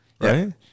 right